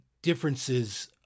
differences